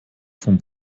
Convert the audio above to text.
von